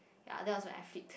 ya that was when I flipped